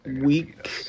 week